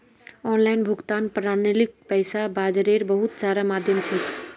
online भुगतान प्रणालीक पैसा बाजारेर बहुत सारा माध्यम छेक